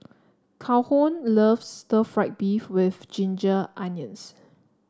Calhoun loves Stir Fried Beef with Ginger Onions